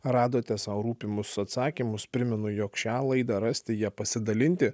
radote sau rūpimus atsakymus primenu jog šią laidą rasti ja pasidalinti